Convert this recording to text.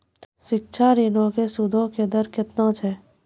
शिक्षा ऋणो के सूदो के दर केतना छै?